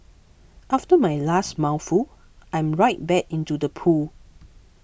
after my last mouthful I'm right back into the pool